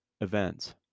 events